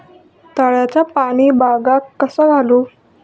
तळ्याचा पाणी बागाक कसा घालू?